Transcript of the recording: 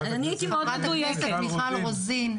חברת הכנסת מיכל רוזין,